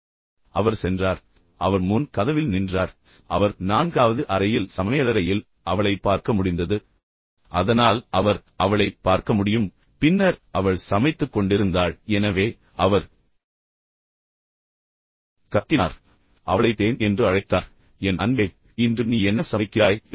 எனவே அவர் சென்றார் பின்னர் அவர் முன் கதவில் நின்றார் பின்னர் அவர் நான்காவது அறையில் சமையலறையில் அவளை பார்க்க முடிந்தது அதனால் அவர் அவளைப் பார்க்க முடியும் பின்னர் அவள் சமைத்துக் கொண்டிருந்தாள் எனவே அவர் கத்தினார் பின்னர் அவளை தேன் என்று அழைத்தார் என் அன்பே இன்று நீ என்ன சமைக்கிறாய்